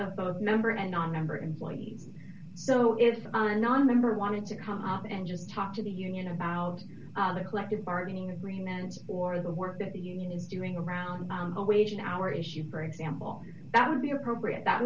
of both members and nonmember employees so if a nonmember wanted to come up and just talk to the union about the collective bargaining agreement or the work that the union is doing around the wage and hour issues for example that would be appropriate that